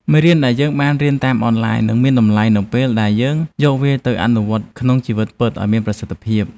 មេរៀនដែលយើងបានរៀនតាមអនឡាញនឹងមានតម្លៃនៅពេលដែលយើងយកវាទៅអនុវត្តក្នុងជីវិតពិតឱ្យមានប្រសិទ្ធភាព។